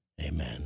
Amen